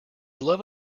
love